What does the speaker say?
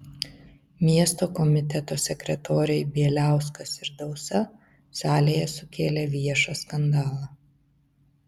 miesto komiteto sekretoriai bieliauskas ir dausa salėje sukėlė viešą skandalą